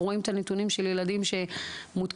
רואים את הנתונים של ילדים שמותקפים,